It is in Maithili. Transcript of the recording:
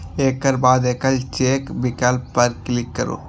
एकर बाद एकल चेक विकल्प पर क्लिक करू